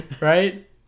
Right